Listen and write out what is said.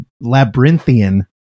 labyrinthian